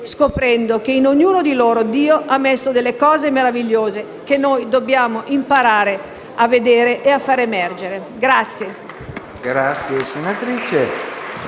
scoprendo che in ognuno di loro Dio ha messo delle cose meravigliose che noi dobbiamo imparare a vedere e a far emergere*».